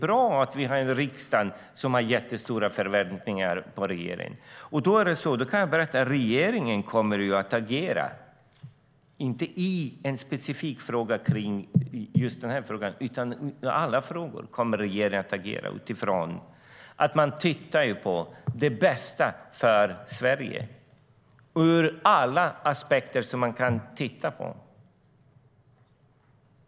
Det är bra att vi har en riksdag som har stora förväntningar på regeringen. Jag kan berätta att regeringen kommer att agera, inte bara i en specifik fråga som den här, utan i alla frågor kommer regeringen att agera. Regeringen tittar på det som är bäst för Sverige ur alla aspekter.